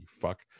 fuck